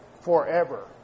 forever